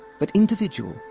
but individual,